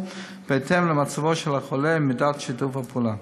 בהתאם למצבו של החולה ומידת שיתוף הפעולה.